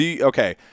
Okay